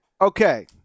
Okay